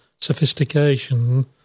sophistication